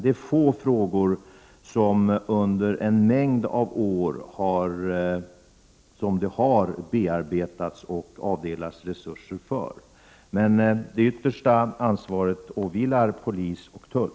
Det är få frågor som man på samma sätt som denna under en mängd av år har bearbetat och avdelat resurser för. Men det yttersta ansvaret åvilar polis och tull.